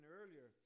earlier